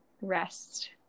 rest